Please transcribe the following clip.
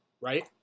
right